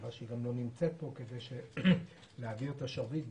חבל שהיא לא נמצאת פה בזמן העברת השרביט,